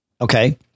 Okay